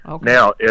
Now